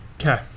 Okay